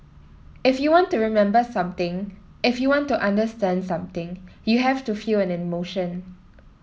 if you want to remember something if you want to understand something you have to feel an emotion